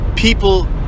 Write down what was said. People